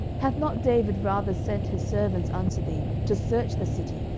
hath not david rather sent his servants unto thee, to search the city,